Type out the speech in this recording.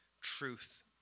truth